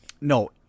no